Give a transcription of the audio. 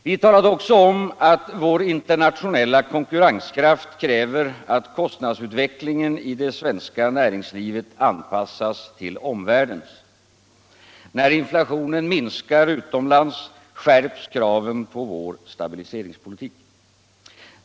Vi talade också om att vår internationella konkurrenskraft kräver att kostnadsutvecklingen inom det svenska näringslivet anpassas till omvärldens. När inflationen minskar utomlands skärps kraven på vår stabiliseringspolitik.